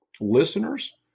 listeners